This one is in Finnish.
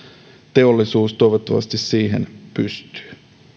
teollisuus toivottavasti siihen pystyy